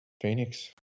Phoenix